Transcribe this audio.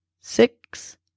six